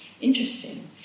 Interesting